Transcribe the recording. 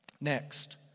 Next